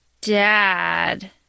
dad